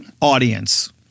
audience